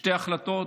שתי החלטות,